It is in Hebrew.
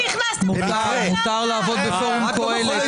מותר לעבוד בפורום קהלת,